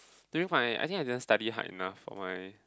during my I think I didn't study hard enough for my